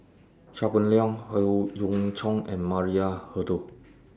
Chia Boon Leong Howe Yoon Chong and Maria Hertogh